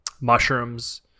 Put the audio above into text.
Mushrooms